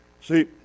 See